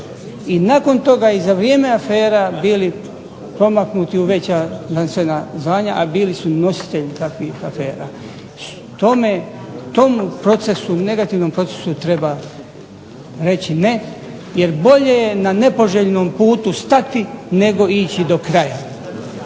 i nakon toga, i za vrijeme afera bili promaknuti u veća znanstvena zvanja, a bili su nositelji takvih afera. Tomu procesu, negativnom procesu treba reći ne, jer bolje je na nepoželjnom putu stati, nego ići do kraja.